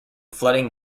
flooding